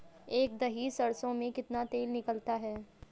एक दही सरसों में कितना तेल निकलता है?